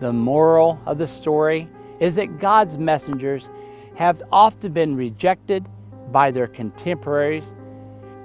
the moral of the story is that god's messengers have often been rejected by their contemporaries